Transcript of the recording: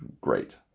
great